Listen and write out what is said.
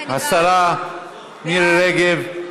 השרה מירי רגב,